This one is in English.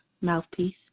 mouthpiece